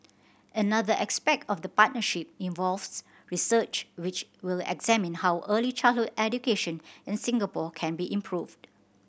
another aspect of the partnership involves research which will examine how early childhood education in Singapore can be improved